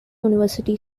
university